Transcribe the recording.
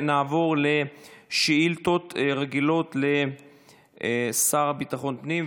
נעבור לשאילתות רגילות לשר לביטחון הפנים.